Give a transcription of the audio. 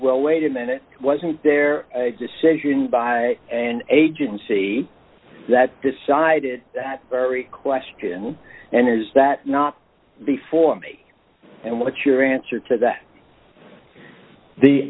well wait a minute wasn't there a decision by an agency that decided that very question and is that not before me and what your answer to that the